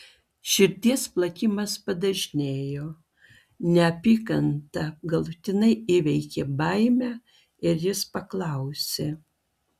širdies plakimas padažnėjo neapykanta galutinai įveikė baimę ir jis paklausė